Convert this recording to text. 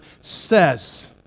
says